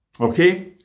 okay